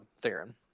Theron